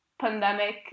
pandemic